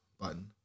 button